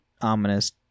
Ominous